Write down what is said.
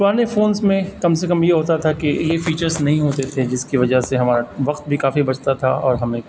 پرانے فونس میں کم سے کم یہ ہوتا تھا کہ یہ فیچرس نہیں ہوتے تھے جس کی وجہ سے ہمارا وقت بھی کافی بچتا تھا اور ہمیں